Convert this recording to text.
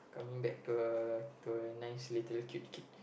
coming back to a to a nice little cute kid